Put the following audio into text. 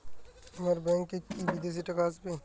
আমার ব্যংকে কি বিদেশি টাকা আসবে?